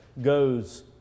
goes